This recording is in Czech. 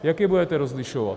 Jak je budete rozlišovat?